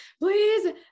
please